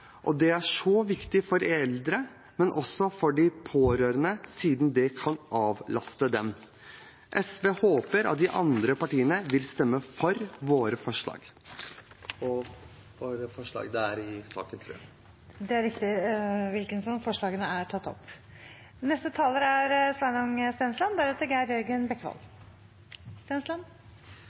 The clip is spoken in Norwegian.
Det er så viktig for de eldre, men også for de pårørende, siden det kan avlaste dem. SV håper at de andre partiene vil stemme for våre forslag. Det blir sagt her at det er trist at vi ikke vil støtte forslagene. Det er en ganske oppsiktsvekkende påstand, all den tid Høyre er